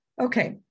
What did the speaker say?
Okay